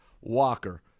Walker